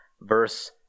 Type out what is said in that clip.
verse